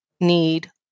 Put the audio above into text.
need